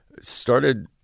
started